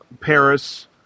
Paris